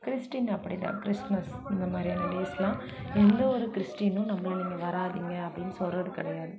Christian அப்படி தான் Christmas இந்த மாதிரியான டேஸ்லாம் எந்த ஒரு கிறிஸ்டினும் நம்மளை இங்கே வராதீங்க அப்படின்னு சொல்கிறது கிடையாது